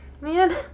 Man